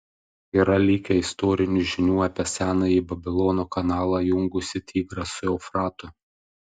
yra likę istorinių žinių apie senąjį babilono kanalą jungusį tigrą su eufratu